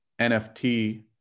NFT